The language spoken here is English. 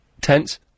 Tense